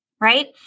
right